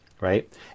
Right